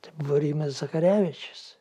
tai buvo rimas zacharevičius